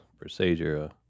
procedure